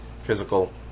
physical